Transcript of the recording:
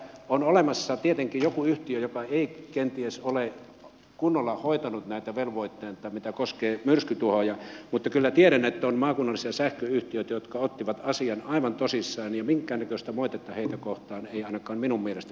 on olemassa tietenkin joku yhtiö joka ei kenties ole kunnolla hoitanut näitä velvoitteita mitkä koskevat myrskytuhoja mutta kyllä tiedän että on maakunnallisia sähköyhtiöitä jotka ottivat asian aivan tosissaan ja minkäännäköistä moitetta heitä kohtaan ei ainakaan minun mielestäni pitäisi esittää